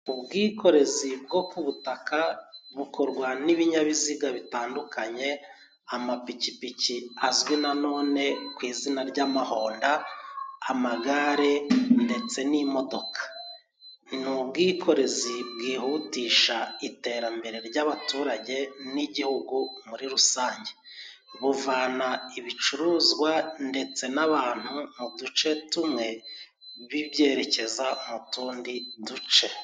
Ubwikorezi bwo ku butaka bukorwa n'ibinyabiziga bitandukanye, amapikipiki azwi na none ku izina ry'amahonda, amagare ndetse n'imodoka. Ni ubwikorezi bwihutisha iterambere ry'abaturage n'igihugu muri rusange. Buvana ibicuruzwa ndetse n'abantu mu duce tumwe bibyerekeza mu tundi duce.